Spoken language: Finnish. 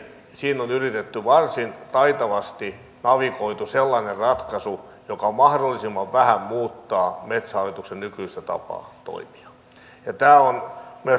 siinä on varsin taitavasti navigoitu sellainen ratkaisu joka mahdollisimman vähän muuttaa metsähallituksen nykyistä tapaa toimia